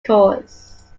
course